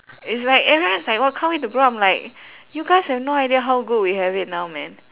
it's like everyone is like !wah! can't wait to grow up I'm like you guys have no idea how good we have it now [man]